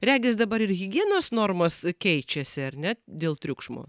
regis dabar ir higienos normos keičiasi ar ne dėl triukšmo